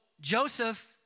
Joseph